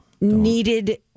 needed